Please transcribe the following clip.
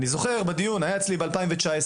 אני זוכר בדיון שהיה אצלי ב-2019,